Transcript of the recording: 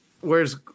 whereas